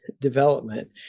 development